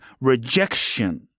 rejection